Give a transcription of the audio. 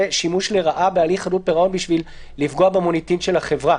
שימוש לרעה בהליך חדלות פירעון כדי לפגוע במוניטין של החברה,